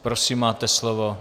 Prosím, máte slovo.